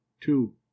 two